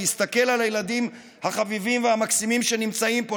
להסתכל על הילדים החביבים והמקסימים שנמצאים פה,